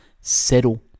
settle